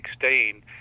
2016